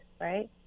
right